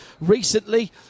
recently